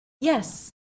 yes